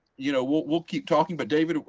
you know, we'll we'll keep talking. but david,